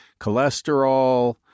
cholesterol